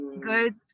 good